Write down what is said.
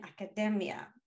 academia